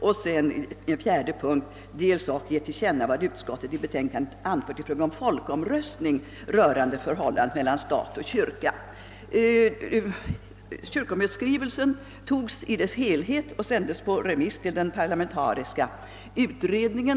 I den fjärde rekommendationen slutligen gav kyrkomötet till känna vad utskottet i betänkandet anfört i fråga om folkomröstning rörande förhållandet mellan stat och kyrka. Kyrkomötets skrivelse sändes i sin helhet på remiss till den parlamentariska utredningen.